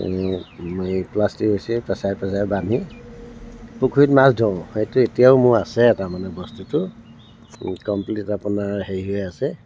এই প্লাষ্টিক ৰচীৰে পেচাই পেচাই বান্ধি পুখুৰীত মাছ ধৰোঁ সেইটো এতিয়াও মোৰ আছে তাৰমানে বস্তুটো কমপ্লিট আপোনাৰ হেৰি হৈ আছে